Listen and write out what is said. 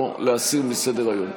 או להסיר מסדר-היום?